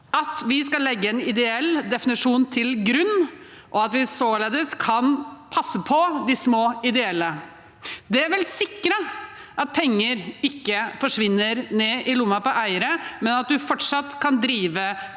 at vi skal legge en ideell definisjon til grunn, og at vi således kan passe på de små ideelle. Det vil sikre at penger ikke forsvinner ned i lommen på eiere, men at man fortsatt kan drive